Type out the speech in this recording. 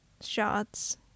shots